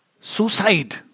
Suicide